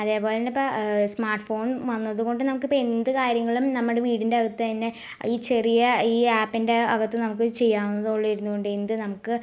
അതെ പോല തന്നെ ഇപ്പം സ്മാർട്ട് ഫോൺ വന്നത് കൊണ്ട് നമുക്ക് ഇപ്പം എന്ത് കാര്യങ്ങളിലും നമ്മുടെ വീടിൻ്റെ അകത്ത് തന്നെ ഈ ചെറിയ ഈ ആപ്പിൻ്റെ അകത്ത് നമുക്ക് ചെയ്യാവുന്നതെ ഉള്ളു ഇരുന്ന് കൊണ്ട് എന്ത് നമുക്ക്